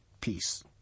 peace